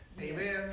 amen